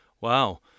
Wow